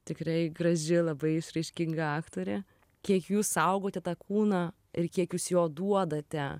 tikrai graži labai išraiškinga aktorė kiek jūs saugote tą kūną ir kiek jūs jo duodate